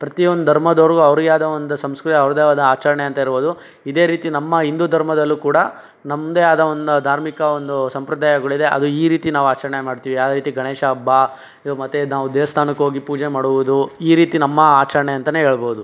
ಪ್ರತಿಯೊಂದು ಧರ್ಮದೋರಿಗೂ ಅವರಿಗೆ ಆದ ಒಂದು ಸಂಸ್ಕೃತಿ ಅವ್ರದೆ ಆದ ಆಚರಣೆ ಅಂತ ಇರ್ಬೋದು ಇದೇ ರೀತಿ ನಮ್ಮ ಹಿಂದೂ ಧರ್ಮದಲ್ಲೂ ಕೂಡ ನಮ್ಮದೇ ಆದ ಒಂದು ಧಾರ್ಮಿಕ ಒಂದು ಸಂಪ್ರದಾಯಗಳಿದೆ ಅದು ಈ ರೀತಿ ನಾವು ಆಚರಣೆ ಮಾಡ್ತೀವಿ ಯಾವ ರೀತಿ ಗಣೇಶ ಹಬ್ಬ ಮತ್ತು ನಾವು ದೇವಸ್ಥಾನಕ್ಕೆ ಹೋಗಿ ಪೂಜೆ ಮಾಡುವುದು ಈ ರೀತಿ ನಮ್ಮ ಆಚರಣೆ ಅಂತಾನೆ ಹೇಳ್ಬೋದು